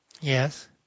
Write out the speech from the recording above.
Yes